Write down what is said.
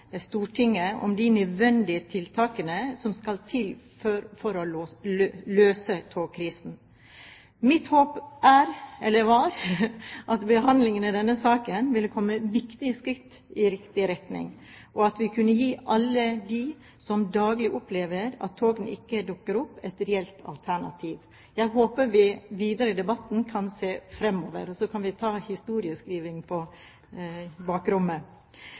om de tiltakene som er nødvendige for å løse togkrisen. Mitt håp var at vi i behandlingen av denne saken ville komme viktige skritt i riktig retning, og at vi kunne gi alle de som daglig opplever at toget ikke dukker opp, et reelt alternativ. Jeg håper vi videre i debatten kan se fremover, og så kan vi ta historieskrivingen på bakrommet.